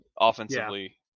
Offensively